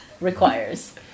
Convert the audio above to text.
requires